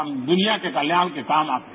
हम दूनिया के कल्याण के काम आते हैं